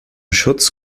schutz